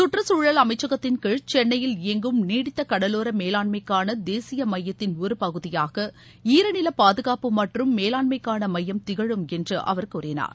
சுற்றுச் தூழல் அமைச்சகத்தின் கீழ் சென்னையில் இயங்கும் நீடித்த கடலோர மேலாண்மைக்கான தேசிய மையத்தின் ஒரு பகுதியாகஈரநில பாதுகாப்பு மற்றும் மேலாண்மைக்கான மையம் திகழும் என்று அவர் கூறினார்